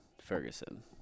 Ferguson